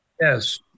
Yes